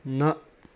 न